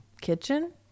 Kitchen